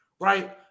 right